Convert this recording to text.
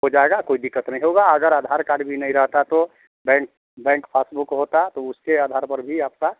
हो जाएगा कोई दिक़्क़त नहीं होगा अगर आधार कार्ड भी नहीं रहता तो बैंक बैंक पासबुक होता तो उसके आधार पर भी आपका